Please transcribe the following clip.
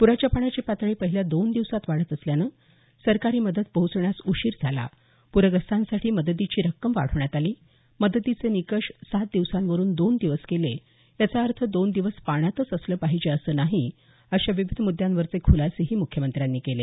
प्राच्या पाण्याची पातळी पहिल्या दोन दिवसांत वाढत असल्यानं सरकारी मदत पोहोचण्यास उशीर झाला पूरग्रस्तांसाठी मदतीची रक्कम वाढवण्यात आली मदतीचे निकष सात दिवसांवरून दोन दिवस केले याचा अर्थ दोन दिवस पाण्यातच असलं पाहिजे असं नाही असे विविध मुद्यांवरचे खुलासेही मुख्यमंत्र्यांनी केले